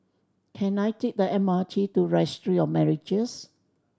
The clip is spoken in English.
can I take the M R T to Registry of Marriages